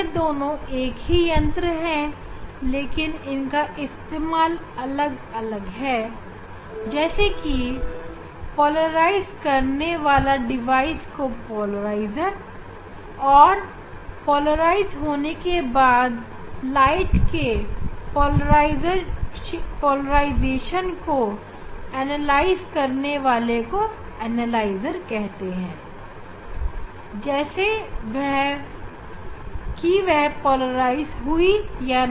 यह दोनों एक ही यंत्र हैं लेकिन इनका इस्तेमाल अलग अलग है जैसे कि पोलराइज करने वाले डिवाइस को पोलराइजर और पोलराइजेशन होने के बाद प्रकाश के विश्लेषण के लिए एनालाइज का प्रयोग करते हैं कि वह पोलराइज हुई या नहीं